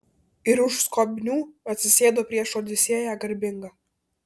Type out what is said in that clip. ir už skobnių atsisėdo prieš odisėją garbingą